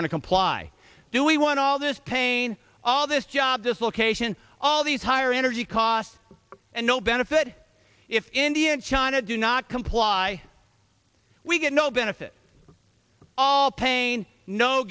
to comply do we want all this pain all this job dislocation all these higher energy costs and no benefit if india and china do not comply we get no benefit all pain no